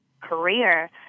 career